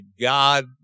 God